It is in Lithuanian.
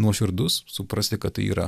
nuoširdus suprasti kad tai yra